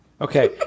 okay